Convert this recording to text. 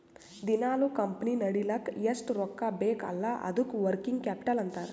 ದಿನಾಲೂ ಕಂಪನಿ ನಡಿಲ್ಲಕ್ ಎಷ್ಟ ರೊಕ್ಕಾ ಬೇಕ್ ಅಲ್ಲಾ ಅದ್ದುಕ ವರ್ಕಿಂಗ್ ಕ್ಯಾಪಿಟಲ್ ಅಂತಾರ್